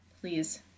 please